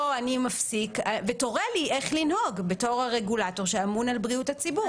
אני מפסיק ותורה לי איך לנהוג בתור הרגולטור שאמון על בריאות הציבור.